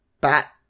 bat